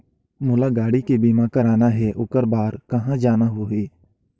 मोला गाड़ी के बीमा कराना हे ओकर बार कहा जाना होही?